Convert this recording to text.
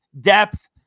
depth